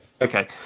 Okay